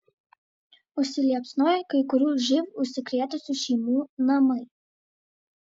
užsiliepsnojo kai kurių živ užsikrėtusių šeimų namai